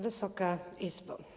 Wysoka Izbo!